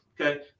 Okay